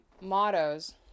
mottos